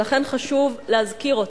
ולכן חשוב להזכיר אותו.